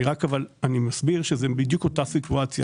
אני מסביר שזה בדיוק אותה סיטואציה.